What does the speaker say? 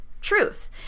truth